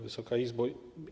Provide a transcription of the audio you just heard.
Wysoka Izbo!